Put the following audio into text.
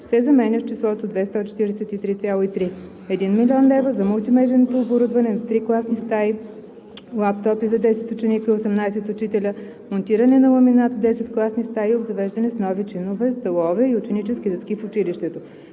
се заменя с числото „2 143,3“ – 1 млн. лв. – за мултимедйното оборудване на 3 класни стаи; лаптопи за 10 ученика и 18 учителя; монтиране на ламинат в 10 класни стаи и обзавеждане с нови чинове, столове и ученически дъски в училището.“